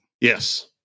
Yes